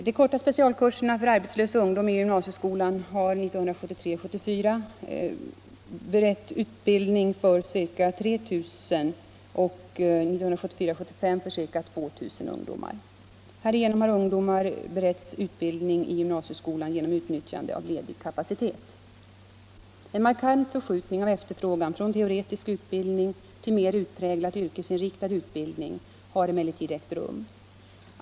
De korta specialkurserna för arbetslös ungdom i gymnasieskolan har 1973 75 för ca 2 000 ungdomar. Härigenom har ungdomar beretts utbildning i gymnasieskolan genom utnyttjande av ledig kapacitet. En markant förskjutning av efterfrågan från teoretisk utbildning till mer utpräglat yrkesinriktad utbildning har emellertid ägt rum.